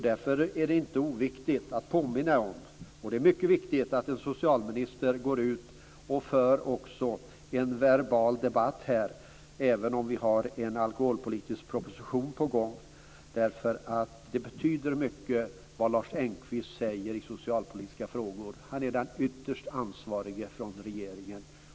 Det är mycket viktigt att en socialminister går ut och för en debatt verbalt, även om en alkoholpolitisk proposition är på gång. Det betyder mycket vad Lars Engqvist säger i socialpolitiska frågor. Han är den ytterst ansvarige i regeringen.